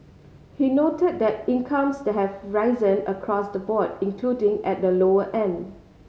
he noted that incomes have risen across the board including at the lower end